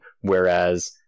whereas